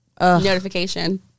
notification